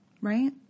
right